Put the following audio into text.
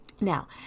Now